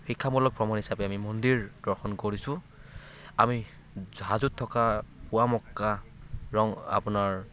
শিক্ষামূলক ভ্ৰমণ হিচাপে আমি মন্দিৰ দৰ্শন কৰিছোঁ আমি হাজোত থকা পোৱা মক্কা আপোনাৰ